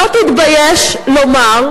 לא מספיק אפליות,